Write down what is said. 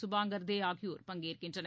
சுபாங்கர் தேஆகியோர் பங்கேற்கின்றனர்